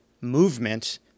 movement